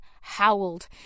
howled